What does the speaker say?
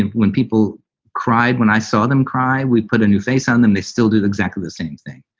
and when people cried, when i saw them cry, we put a new face on them they still did exactly the same thing.